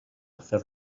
fer